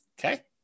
Okay